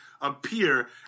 appear